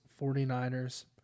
49ers